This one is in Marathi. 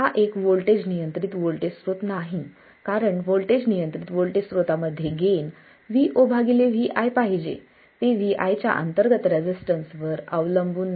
हा एक वोल्टेज नियंत्रित व्होल्टेज स्रोत नाही कारण वोल्टेज नियंत्रित व्होल्टेज स्त्रोतामध्ये गेन VoVi पाहिजे ते Vi च्या अंतर्गत रेसिस्टन्स वर अवलंबून नाही